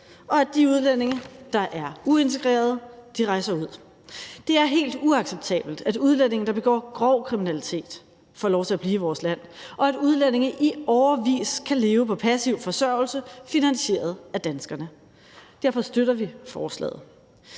og at de udlændinge, der er uintegrerede, rejser ud. Det er helt uacceptabelt, at udlændinge, der begår grov kriminalitet, får lov til at blive i vores land, og at udlændinge i årevis kan leve på passiv forsørgelse finansieret af danskerne. Derfor støtter vi forslaget.